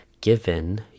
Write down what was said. given